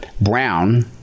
brown